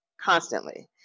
constantly